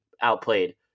outplayed